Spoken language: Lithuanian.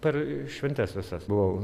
per šventes visas buvau